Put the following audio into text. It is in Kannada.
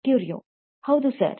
ಕ್ಯೂರಿಯೊ ಹೌದು ಸರ್